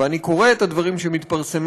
ואני קורא את הדברים שמתפרסמים,